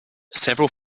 several